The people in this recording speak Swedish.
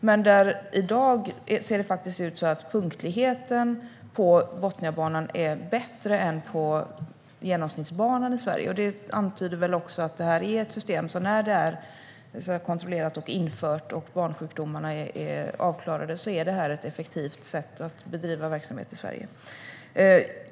Men i dag är punktligheten på Botniabanan bättre än på genomsnittsbanan i Sverige. Det antyder också att det här är ett sätt som, när det är kontrollerat och infört och barnsjukdomarna är avklarade, är effektivt att bedriva verksamhet på i Sverige.